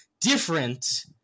different